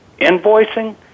invoicing